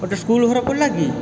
ଗୋଟେ ସ୍କୁଲ୍ ଘର ପଡ଼ିଲା କି